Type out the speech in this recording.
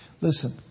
Listen